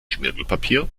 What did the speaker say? schmirgelpapier